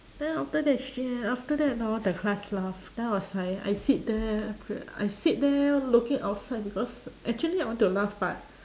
then after that she then after that hor the class laugh then I was like I sit there I sit there looking outside because actually I want to laugh but